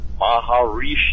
Maharishi